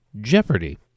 Jeopardy